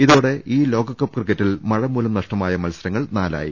ഇതോടെ ഈ ലോകകപ്പ് ക്രിക്കറ്റിൽ മഴ മൂലം നഷ്ടമായ മത്സരങ്ങൾ നാലായി